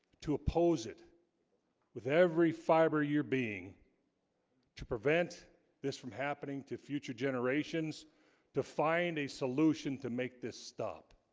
to oppose it with every fiber year being to prevent this from happening to future generations to find a solution to make this stop